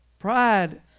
Pride